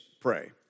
pray